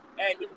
hey